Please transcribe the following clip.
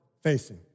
facing